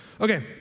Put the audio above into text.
Okay